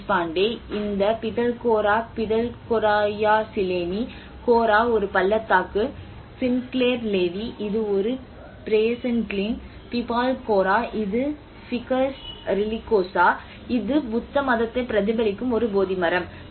தேஷ்பாண்டே இந்த பிதல்கோரா பிதல்கொராயா சிலேனி கோரா ஒரு பள்ளத்தாக்கு சின்க்ளேர் லேவி இது ஒரு பிரேசன் க்ளீன் பிபால் கோரா இது ஃபிகஸ் ரிலிகோசா இது புத்த மதத்தை பிரதிபலிக்கும் ஒரு போதி மரம்